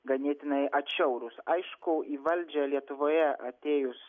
ganėtinai atšiaurūs aišku į valdžią lietuvoje atėjus